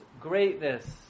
greatness